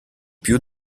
più